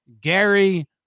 Gary